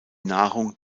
nahrung